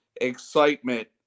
excitement